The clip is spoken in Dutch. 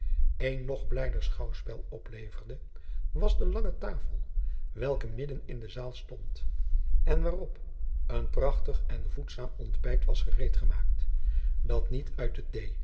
een nog blijder schouwspel opleverde was de lange tafel welke midden in de zaal stond en waarop een prachtig en voedzaam ontbijt was gereed gemaakt dat niet uit de